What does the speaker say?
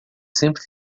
sempre